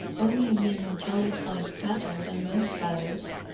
only in being a jolly sight better than most fellows.